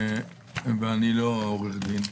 ואני לא עורך דין,